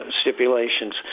stipulations